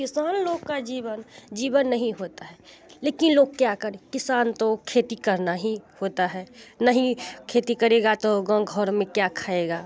किसान लोग का जीवन जीवन नहीं होता है लेकिन लोग क्या करें किसान तो खेती करना ही होता है नहीं खेती करेगा तो घर में क्या खाएगा